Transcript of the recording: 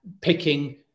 picking